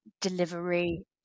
delivery